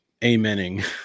amening